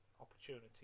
opportunity